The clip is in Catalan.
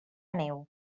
neu